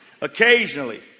Occasionally